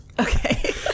Okay